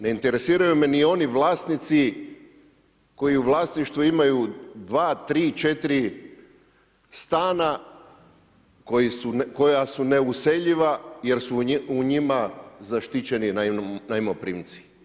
Ne interesiraju me ni oni vlasnici koji u vlasništvu imaju dva, tri, četiri stana koja su neuseljiva jer su u njima zaštićeni najmoprimci.